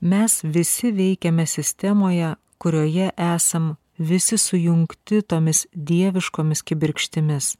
mes visi veikiame sistemoje kurioje esam visi sujungti tomis dieviškomis kibirkštimis